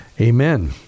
Amen